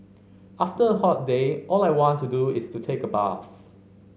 after a hot day all I want to do is to take a bath